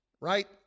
right